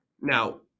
now